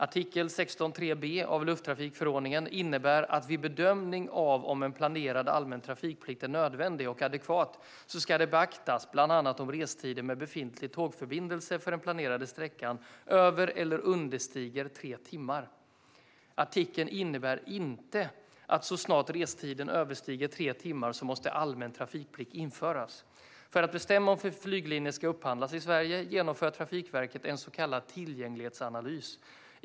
Artikel 16.3 b i lufttrafikförordningen innebär att vid bedömning av om en planerad allmän trafikplikt är nödvändig och adekvat ska det beaktas bland annat om restiden med befintlig tågförbindelse för den planerade sträckan över eller understiger tre timmar. Artikeln innebär inte att så snart restiden överstiger tre timmar måste allmän trafikplikt införas. För att bestämma om en flyglinje ska upphandlas i Sverige genomför Trafikverket en så kallad tillgänglighetsanalys.